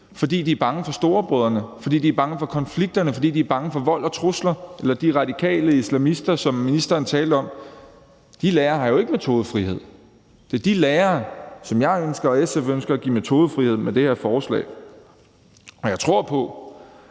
fordi de er bange for storebrødrene, fordi de er bange for konflikterne, fordi de er bange for vold og trusler eller de radikale islamister, som ministeren talte om, har jo ikke metodefrihed. Det er de lærere, som jeg ønsker og SF ønsker at give metodefrihed med det her forslag. Og jeg tror på,